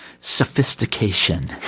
Sophistication